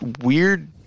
weird